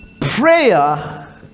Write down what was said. prayer